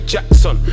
Jackson